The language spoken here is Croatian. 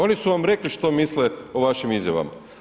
Oni su vam rekli što misle o vašim izjavama.